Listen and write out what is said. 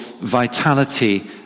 vitality